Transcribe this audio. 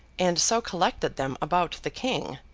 and so collected them about the king,